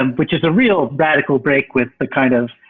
and which is a real radical break with the kind of,